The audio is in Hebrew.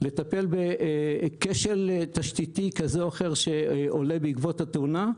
לטפל בכשל תשתיתי כזה או אחר שעולה בעקבות התאונה.